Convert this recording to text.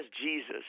Jesus